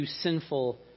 sinful